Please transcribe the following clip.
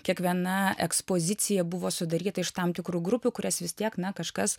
kiekviena ekspozicija buvo sudaryta iš tam tikrų grupių kurias vis tiek na kažkas